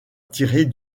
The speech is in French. tirée